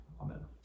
amen